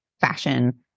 fashion